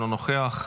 אינו נוכח,